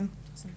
כן.